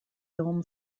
film